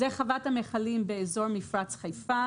מוצגת חוות המיכלים באזור מפרץ חיפה.